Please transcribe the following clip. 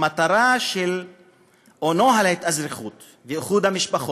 נוהל ההתאזרחות ואיחוד המשפחות,